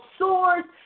swords